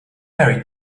married